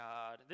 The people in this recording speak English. God